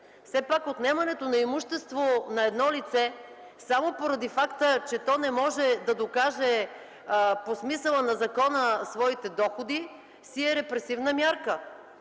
все пак отнемането на имущество на едно лице само поради факта, че то не може да докаже по смисъла на закона своите доходи, си е репресивна мярка.